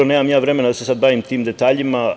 Nemam vremena da se sada bavim tim detaljima.